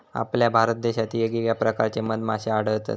आपल्या भारत देशात येगयेगळ्या प्रकारचे मधमाश्ये आढळतत